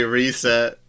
reset